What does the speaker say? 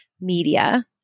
media